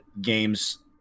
games